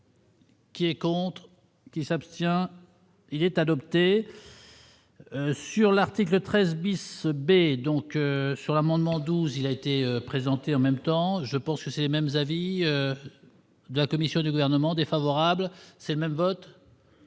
Qui est contre. Qui s'abstient, il est adopté sur l'article 13 bis B. Donc, sur l'amendement 12 il a été présenté en même temps je pense que ces mêmes avis de la commission du gouvernement défavorable, c'est même vote.